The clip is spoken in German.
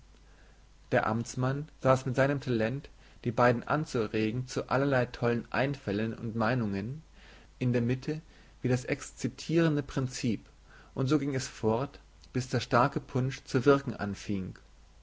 der amtmann saß mit seinem talent die beiden anzuregen zu allerlei tollen einfällen und meinungen in ihrer mitte wie das ex zitierende prinzip und so ging es fort bis der starke punsch zu wirken anfing